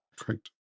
Correct